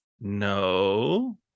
no